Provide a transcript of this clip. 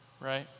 right